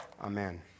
Amen